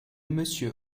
monsieur